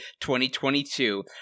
2022